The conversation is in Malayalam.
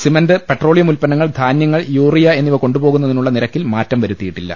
സിമന്റ് പെട്രോളിയം ഉത്പന്നങ്ങൾ ധാന്യങ്ങൾ യൂറിയ എന്നിവ കൊണ്ടുപോകുന്ന തിനുള്ള നിരക്കിൽ മാറ്റം വരുത്തിയിട്ടില്ല